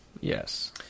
Yes